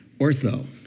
ortho